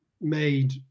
made